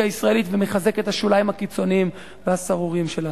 הישראלית ומחזק את השוליים הקיצוניים והסהרוריים שלה.